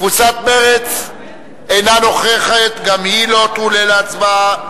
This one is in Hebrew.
קבוצת מרצ איננה נוכחת, גם היא לא תועלה להצבעה.